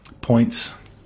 points